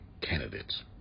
candidates